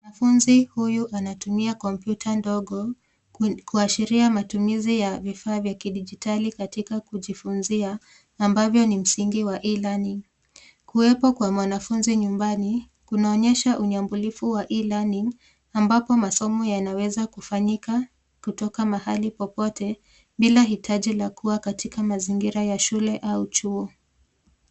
Mwanafunzi huyu anatumia kompyuta ndogo kuashiria matumizi ya vifaa vya kidijitali katika kujifunzia ambavyo ni msingi wa e-learning . Kuwepo kwa mwanafunzi nyumbani kunaonyesha unyambulifu wa e-learning ambapo masomo yanaweza kufanyika kutoka mahali popote bila hitaji la kuwa katika mazingira ya shule au chuo.